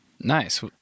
Nice